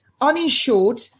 uninsured